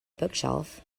bookshelf